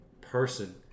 person